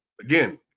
again